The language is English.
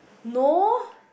no